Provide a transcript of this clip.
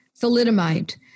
thalidomide